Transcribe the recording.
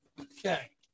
Okay